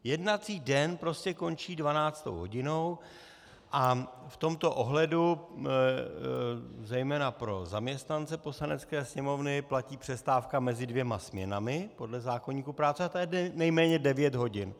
Jednací den prostě končí dvanáctou hodinou a v tomto ohledu zejména pro zaměstnance Poslanecké sněmovny platí přestávka mezi dvěma směnami podle zákoníku práce a ta je nejméně devět hodin.